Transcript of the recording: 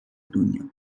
دنیا